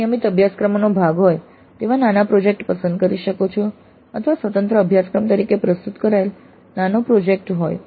આપ નિયમિત અભ્યાસક્રમનો ભાગ હોય તેવા નાનો પ્રોજેક્ટ પસંદ કરી શકો છો જે અથવા સ્વતંત્ર અભ્યાસક્રમ તરીકે પ્રસ્તુત કરાયેલ નાનો પ્રોજેક્ટ હોય